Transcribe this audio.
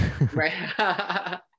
Right